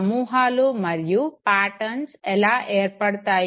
సమూహాలు మరియు పాటర్న్స్ ఎలా ఏర్పడుతాయి